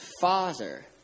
father